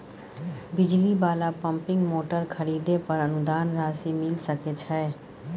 बिजली वाला pumping motor खरीदे पर अनुदान राशि मिल सके छैय?